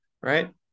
right